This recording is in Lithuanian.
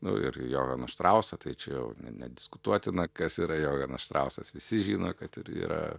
nu ir johano štrauso tai čia jau ne nediskutuotina kas yra johanas štrausas visi žino kad ir yra